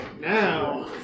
now